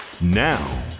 now